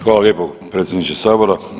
Hvala lijepo predsjedniče Sabora.